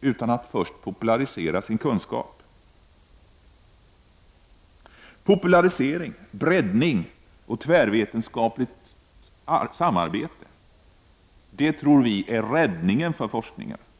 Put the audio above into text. utan att först popularisera sin kunskap. Popularisering, breddning och tvärvetenskapligt samarbete är räddningen för forskningen, tror vi.